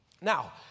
Now